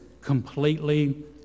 completely